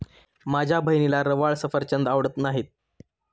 माझ्या बहिणीला रवाळ सफरचंद आवडत नाहीत